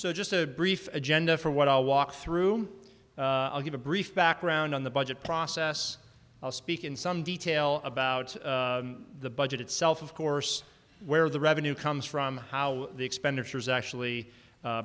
so just a brief agenda for what i'll walk through i'll give a brief background on the budget process i'll speak in some detail about the budget itself of course where the revenue comes from how the expenditures actually